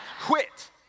quit